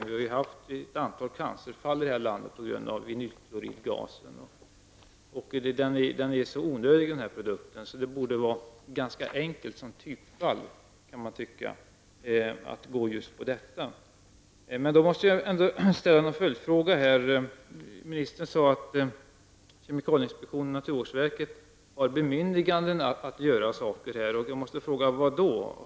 Vi har haft ett antal cancerfall i landet på grund av vinylkloridgasen. Den här produkten är så onödig att man kan tycka att det borde vara ganska enkelt att som typfall göra någonting åt just den. Jag måste ändå ställa en följdfråga. Ministern sade att kemikalieinspektionen och naturvårdsverket har bemyndigande att göra saker på detta område. Jag måste då fråga: Vad då?